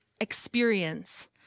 experience